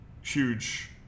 huge